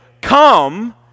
come